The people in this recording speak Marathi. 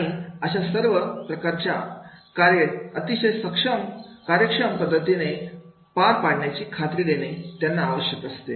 आणि अशा सर्व प्रकारची कार्ये अतिशय सक्षम कार्यक्षम पद्धतीने पार पाडण्याची खात्री देणे त्यांना आवश्यक असते